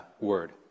word